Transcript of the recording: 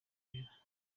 abere